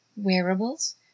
wearables